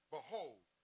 Behold